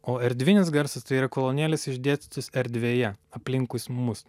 o erdvinis garsas tai yra kolonėlės išdėstytos erdvėje aplinkuis mus